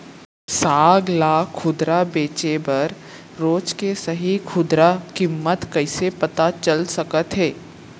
साग ला खुदरा बेचे बर रोज के सही खुदरा किम्मत कइसे पता चल सकत हे?